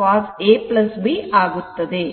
cos A B ಆಗುತ್ತದೆ